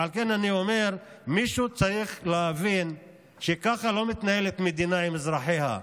ועל כן אני אומר שמישהו צריך להבין שככה לא מתנהלת מדינה עם אזרחיה,